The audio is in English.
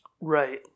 right